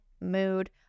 mood